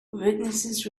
witnesses